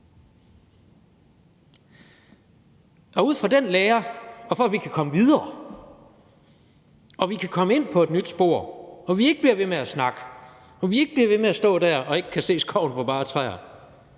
Ud fra den lære, og for at vi kan komme videre og kan komme ind på et nyt spor, hvor vi ikke bliver ved med at snakke, og hvor vi ikke bliver ved med at stå der og ikke kunne se skoven for bare træer,